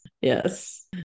Yes